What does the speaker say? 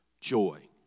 Joy